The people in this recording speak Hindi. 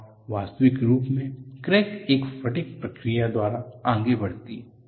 और वास्तविक रूप में क्रैक एक फटिग प्रक्रिया द्वारा आगे बढ़ती है